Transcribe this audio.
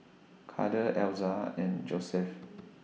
Kade Elza and Joesph